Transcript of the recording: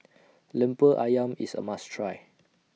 Lemper Ayam IS A must Try